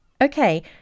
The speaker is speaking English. Okay